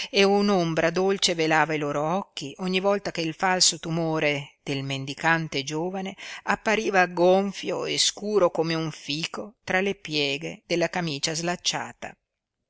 e un'ombra dolce velava i loro occhi ogni volta che il falso tumore del mendicante giovane appariva gonfio e scuro come un fico tra le pieghe della camicia slacciata